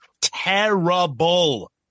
Terrible